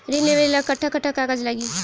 ऋण लेवेला कट्ठा कट्ठा कागज लागी?